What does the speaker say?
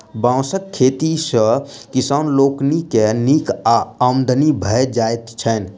बाँसक खेती सॅ किसान लोकनि के नीक आमदनी भ जाइत छैन